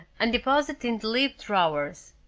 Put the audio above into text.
and deposit in the lead drawers.